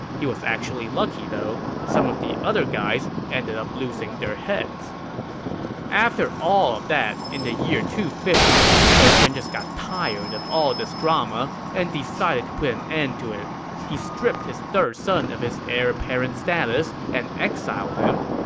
he was actually lucky, though. some of the other guys ended up losing their heads after all of that, in the year two hundred and fifty, sun quan just got tired of all this drama and decided to put an end to it. he stripped his third son of his heir apparent status and exiled him.